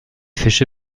fische